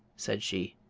said she.